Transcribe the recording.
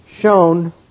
shown